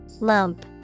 Lump